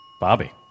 Bobby